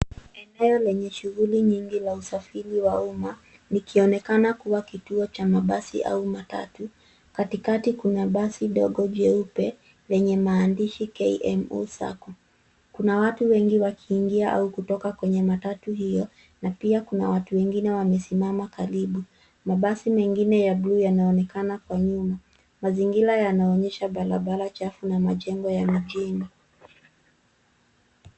Enaeo lenye shughuli nyingi za usafiri wa umma likionekana kuwa kituo cha mabasi au matatu katikati kuna basi ndogo jeupe lenye maandishi Kmo Sacco kuna watu wengi wakiingia au kutoka kwenye matatu hiyo na pia kunawatu wengine wamesimama karibu mabasi mengine ya bluu yanaonekana kwa nyuma mazingira yanaonyesha barabara chafu na majengo ya mjini.